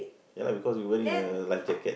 ya lah because you wearing a life jacket